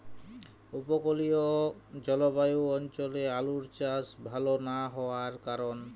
উপকূলীয় জলবায়ু অঞ্চলে আলুর চাষ ভাল না হওয়ার কারণ?